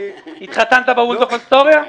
התחתנת ב"וולדורף אסטוריה"?